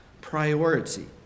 priority